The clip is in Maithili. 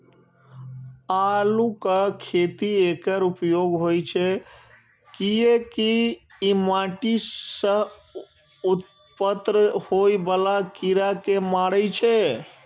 आलूक खेती मे एकर उपयोग होइ छै, कियैकि ई माटि सं उत्पन्न होइ बला कीड़ा कें मारै छै